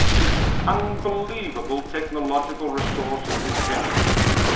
with its unbelievable technological resource and inventiveness.